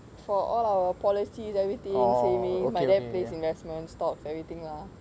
for all our policies everything savings my dad pays investments stocks everything ah